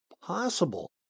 possible